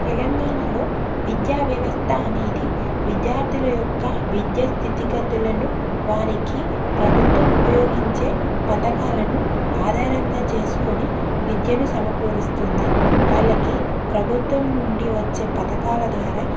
తెలంగాణలో విద్యావ్యవస్థ అనేది విద్యార్థుల యొక్క విద్య స్థితి గతులను వారికి ప్రభుత్వం ఉపయోగించే పథకాలను ఆధారంగా చేసుకొని విద్యను సమకూరుస్తుంది వాళ్ళకి ప్రభుత్వం నుండి వచ్చే పథకాల ద్వారా